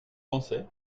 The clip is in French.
pensez